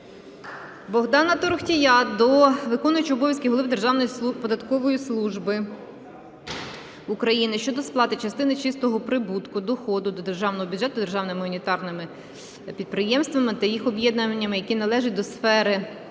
Богдана Торохтія до виконуючого обов'язків Голови Державної податкової служби України щодо сплати частини чистого прибутку (доходу) до державного бюджету державними унітарними підприємствами та їх об'єднаннями, які належать до сфери